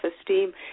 esteem